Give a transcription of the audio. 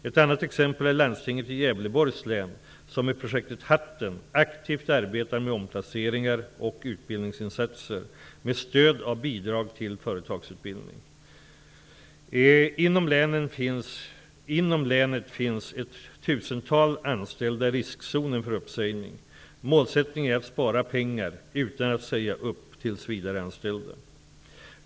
Ett annat exempel är Landstinget i Gävleborgs län som i projektet ''Hatten'' aktivt arbetar med omplaceringar, och utbildningsinsatser med stöd av bidrag till företagsutbildning. Inom länet finns ett tusental anställda i riskzonen för uppsägning. Målsättningen är att spara pengar utan att säga upp tillsvidareanställda.